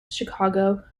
chicago